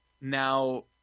Now